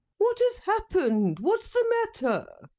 what has happened? what's the matter?